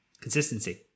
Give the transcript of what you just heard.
Consistency